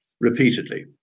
repeatedly